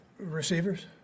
receivers